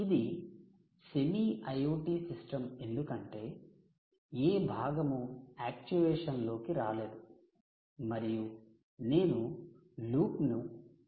ఇది semi IoT system ఎందుకంటే ఏ భాగము యాక్చుయేషన్ లోకి రాలేదు మరియు నేను లూప్ ను క్లోజ్ చేయలేదు